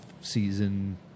season